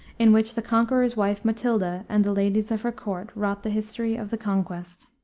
in which the conqueror's wife, matilda, and the ladies of her court wrought the history of the conquest.